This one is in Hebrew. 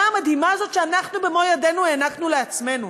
המדהימה הזאת שאנחנו במו-ידינו הענקנו לעצמנו.